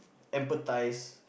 emphasize